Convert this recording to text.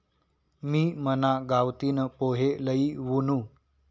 मी मना गावतीन पोहे लई वुनू